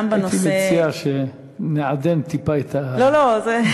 גם בנושא --- הייתי מציע שנעדן טיפה את הביטוי.